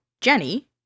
Jenny